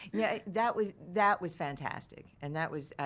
yeah that was that was fantastic, and that was.